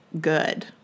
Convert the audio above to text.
good